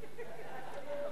יש לי חולשה לרופאים.